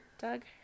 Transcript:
Doug